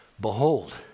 behold